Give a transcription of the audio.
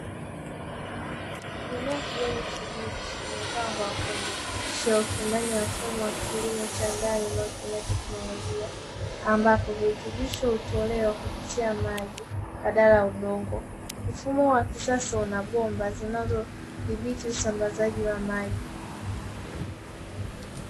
Mimea ya kijani kibichi imepangwa kwenye shelfu ndani ya mfumo wa kilimo cha ndani unaotumia teknolojia, ambapo virutubisho hutolewa kupitia maji badala ya udongo. Mfumo huu wa kisasa una bomba zinazodhibiti usambazaji wa maji.